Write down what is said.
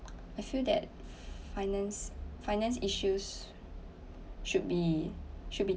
I feel that finance finance issues should be should be